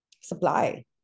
supply